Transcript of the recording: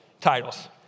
titles